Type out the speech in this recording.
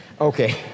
Okay